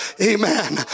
Amen